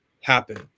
happen